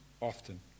often